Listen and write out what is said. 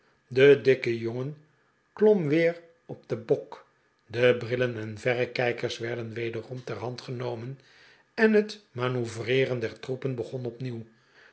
de dikke jongen klom weer op den bok de brillen en verrekijkers werden wederom ter hand genomen en het manoeuvreeren der troepen begon opnieuw